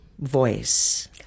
voice